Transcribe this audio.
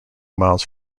miles